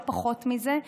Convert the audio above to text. לא פחות מזה.